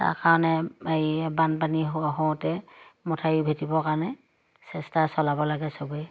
তাৰ কাৰণে এই বানপানী হওঁতে মথাউৰি ভেটিবৰ কাৰণে চেষ্টা চলাব লাগে চবেই